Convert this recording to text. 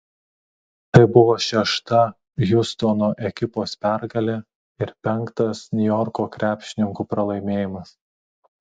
tai buvo šešta hjustono ekipos pergalė ir penktas niujorko krepšininkų pralaimėjimas